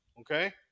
Okay